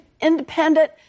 independent